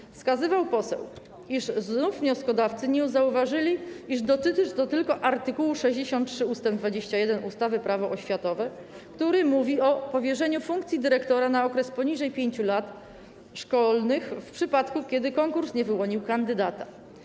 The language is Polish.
Poseł wskazywał, iż znów wnioskodawcy nie zauważyli, iż dotyczy to tylko art. 63 ust. 21 ustawy - Prawo oświatowe, który mówi o powierzeniu funkcji dyrektora na okres poniżej 5 lat szkolnych w przypadku, kiedy w konkursie nie wyłoniono kandydata.